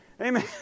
Amen